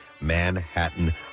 Manhattan